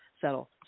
settle